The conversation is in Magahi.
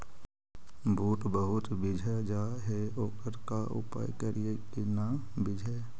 बुट बहुत बिजझ जा हे ओकर का उपाय करियै कि न बिजझे?